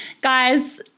Guys